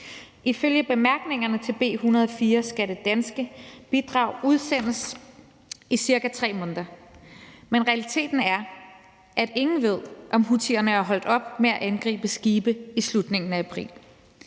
Ifølge bemærkningerne til B 104 skal det danske bidrag udsendes i ca. 3 måneder, men realiteten er, at ingen ved, om houthierne er holdt op med at angribe skibe i slutningen af april.